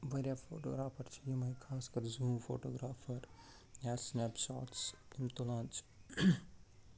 واریاہ فوٹوگرافَر چھِ یِمٕے خاص کر زوٗن فوٹوگرافَر یا سِنیپ شاٹٕز یِم تُلان چھِ